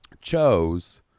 chose